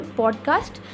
podcast